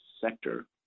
sector